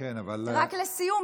רק לסיום,